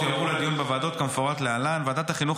יועברו לדיון בוועדות כמפורט להלן: ועדת החינוך,